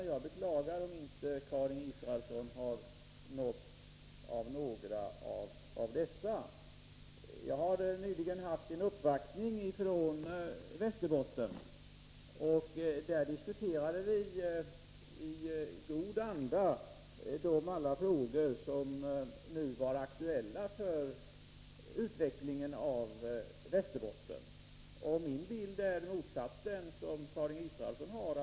Det är beklagligt om inte Karin Israelsson har nåtts av några av dessa idéer och förslag. Nyligen har jag haft en uppvaktning från Västerbotten. Vi diskuterade i god anda alla de frågor som nu var aktuella för utvecklingen i Västerbotten. Min bild är motsatt den som Karin Israelsson har.